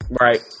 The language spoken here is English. Right